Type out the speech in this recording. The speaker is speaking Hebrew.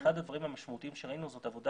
אחד הדברים המשמעותיים שראינו זאת עבודה